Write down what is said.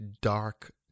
dark